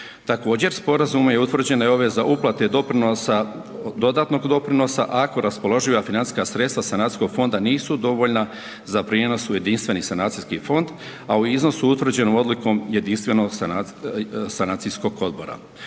Također, Sporazumom je utvrđena obveza uplate doprinosa, dodatnog doprinosa, ako raspoloživa financijska sredstva sanacijskog fonda nisu dovoljna za prijenos u Jedinstveni sanacijski fond, a u iznosu utvrđenom odlukom Jedinstvenog sanacijskog odbora.